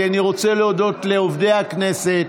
כי אני רוצה להודות לעובדי הכנסת.